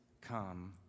come